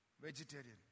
Vegetarian